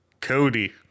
Cody